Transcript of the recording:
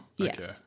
okay